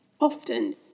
often